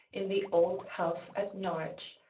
in the old house at norwich,